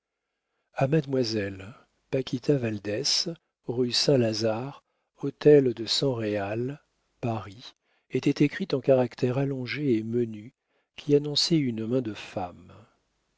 a mademoiselle paquita valdès rue saint-lazare hôtel de san réal paris était écrite en caractères allongés et menus qui annonçaient une main de femme